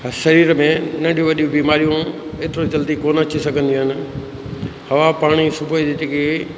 शरीर में नंढियूं वॾियूं बीमारियूं एतिरो जल्दी कोन अची सघंदियूं इन हवा पाणी सुबुह जी जेके